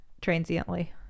transiently